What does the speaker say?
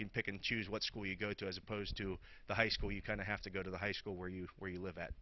can pick and choose what school you go to as opposed to the high school you kind of have to go to the high school where you where you live at